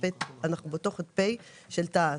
אנחנו באותו ח"פ של תע"ש.